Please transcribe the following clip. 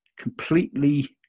completely